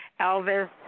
Elvis